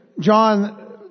John